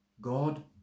God